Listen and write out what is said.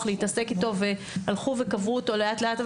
להתעסק אתו והלכו וקברו אותו לאט לאט,